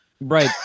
right